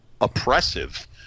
oppressive